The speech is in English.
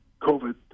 COVID